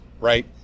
right